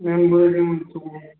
میٚم بہٕ حظ یِمہٕ سکوٗل